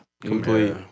complete